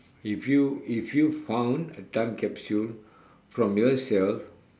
if you if you found a time capsule from yourself